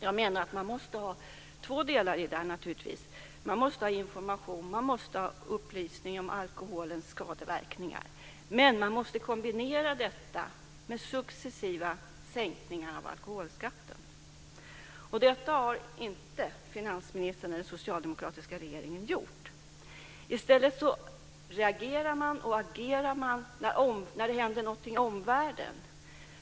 Jag menar att man måste ha två delar i det: Man måste ha information och upplysning om alkoholens skadeverkningar, men man måste kombinera detta med successiva sänkningar av alkoholskatten. Detta har inte finansministern och den socialdemokratiska regeringen gjort. I stället reagerar man och agerar man när det händer någonting i omvärlden.